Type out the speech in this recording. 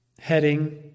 Heading